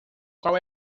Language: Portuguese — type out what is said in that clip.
qual